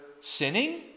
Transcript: sinning